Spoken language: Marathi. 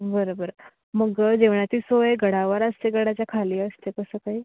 बरं बरं मग जेवणाची सोय गडावर असते गडाच्या खाली असते कसं काही